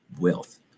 Wealth